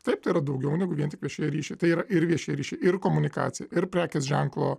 taip tai yra daugiau negu vien tik ryšiai tai yra ir viešieji ryšiai ir komunikacija ir prekės ženklo